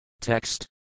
Text